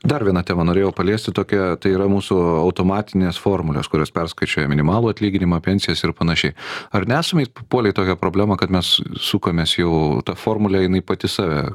dar vieną temą norėjau paliesti tokią tai yra mūsų automatinės formulės kurios perskaičiuoja minimalų atlyginimą pensijas ir panašiai ar nesame papuolę į tokią problemą kad mes sukamės jau tą formulė jinai pati save